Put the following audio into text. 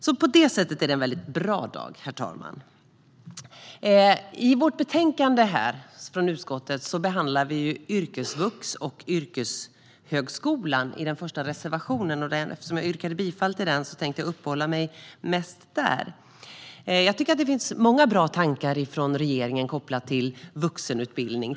På det sättet är detta alltså en väldigt bra dag, herr talman! I reservation 1 i detta utskottsbetänkande behandlar vi yrkesvux och yrkeshögskolan, och eftersom jag yrkade bifall till denna reservation tänkte jag uppehålla mig mest vid den. Jag tycker att det finns många bra tankar från regeringen kopplat till vuxenutbildning.